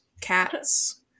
cats